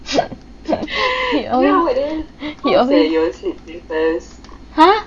he always he always !huh!